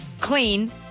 clean